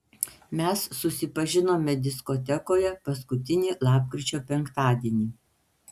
mes susipažinome diskotekoje paskutinį lapkričio penktadienį